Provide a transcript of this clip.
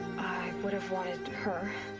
would have wanted. her.